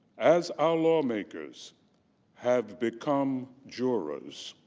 as our lawmakers have become jurors,